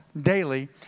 daily